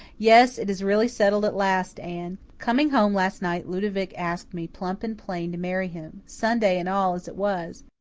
yes, it is really settled at last, anne. coming home last night ludovic asked me plump and plain to marry him sunday and all as it was.